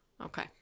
Okay